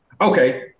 okay